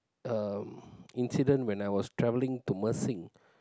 um incident when I was travelling to Mersing